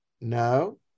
no